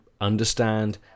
understand